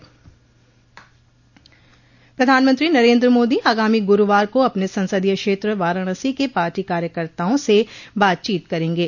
प्रधानमंत्री नरेन्द्र मोदी आगामी गुरूवार को अपने संसदीय क्षेत्र वाराणसी के पार्टी कार्यकर्ताओं से बातचीत करेंगे